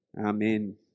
Amen